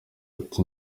ati